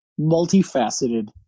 multifaceted